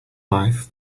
life